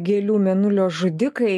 gėlių mėnulio žudikai